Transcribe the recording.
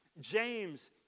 James